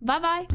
bye bye